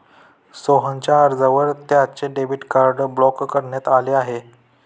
सोहनच्या अर्जावर त्याचे डेबिट कार्ड ब्लॉक करण्यात आले आहे